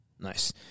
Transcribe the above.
Nice